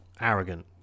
Arrogant